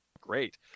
great